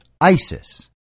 ISIS